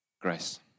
Grace